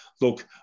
Look